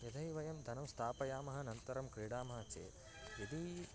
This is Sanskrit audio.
यदि वयं धनं स्थापयामः अनन्तरं क्रीडामः चेत् यदि